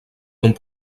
comme